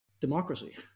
democracy